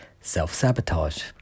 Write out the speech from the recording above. Self-sabotage